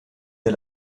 der